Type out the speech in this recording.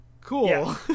Cool